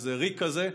איזה ריק כזה.